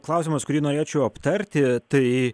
klausimas kurį norėčiau aptarti tai